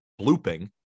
blooping